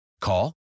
Call